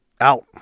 out